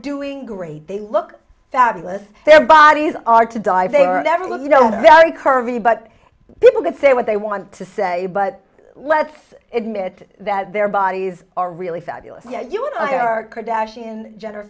doing great they look fabulous their bodies are to die they are and everyone you know very curvy but people can say what they want to say but let's admit that their bodies are really fabulous yeah